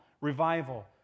revival